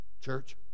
church